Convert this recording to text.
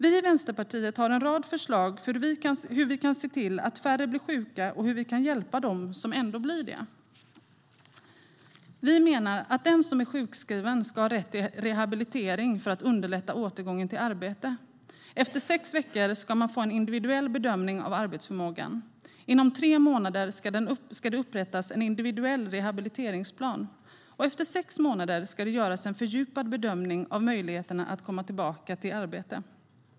Vi i Vänsterpartiet har en rad förslag för hur vi kan se till att färre blir sjuka och hur vi kan hjälpa dem som ändå blir det. Vi menar att den som är sjukskriven ska ha rätt till rehabilitering för att underlätta återgången till arbete. Efter sex veckor ska man få en individuell bedömning av arbetsförmågan. Inom tre månader ska det upprättas en individuell rehabiliteringsplan. Efter sex månader ska det göras en fördjupad bedömning av möjligheterna att komma tillbaka till arbetet.